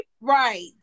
Right